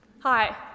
Hi